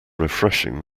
refreshing